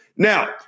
Now